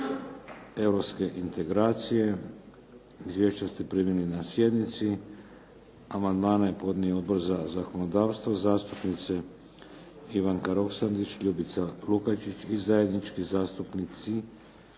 europske integracije. Izvješća ste primili na sjednici. Amandmane je podnio Odbor za zakonodavstvo zastupnica Ivanka Roksandić, Ljubica Lukačić i zajednički zastupnici